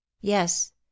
Yes